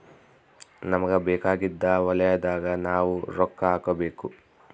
ನಮಗ ಬೇಕಾಗಿದ್ದ ವಲಯದಾಗ ನಾವ್ ರೊಕ್ಕ ಹಾಕಬೇಕು